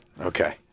Okay